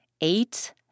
eight